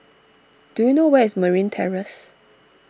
do you know where is Marine Terrace